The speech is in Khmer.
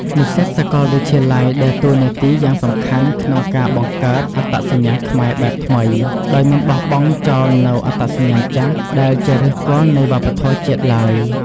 និស្សិតសាកលវិទ្យាល័យដើរតួនាទីយ៉ាងសំខាន់ក្នុងការបង្កើត អត្តសញ្ញាណខ្មែរបែបថ្មី ដោយមិនបោះបង់ចោលនូវ អត្តសញ្ញាណចាស់ ដែលជាឫសគល់នៃវប្បធម៌ជាតិឡើយ។